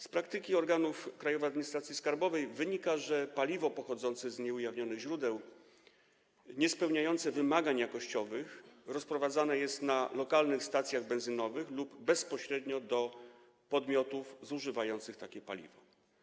Z praktyki organów Krajowej Administracji Skarbowej wynika, że paliwo pochodzące z nieujawnionych źródeł, niespełniające wymagań jakościowych rozprowadzane jest na lokalnych stacjach benzynowych lub bezpośrednio do podmiotów zużywających takie paliwo.